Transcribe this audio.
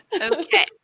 Okay